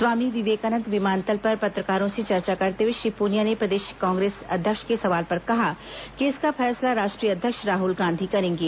स्वामी विवेकानंद विमानतल पर पत्रकारों से चर्चा करते हुए श्री पुनिया ने प्रदेश कांग्रेस अध्यक्ष के सवाल पर कहा कि इसका फैसला राष्ट्रीय अध्यक्ष राहल गांधी करेंगे